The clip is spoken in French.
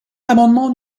l’amendement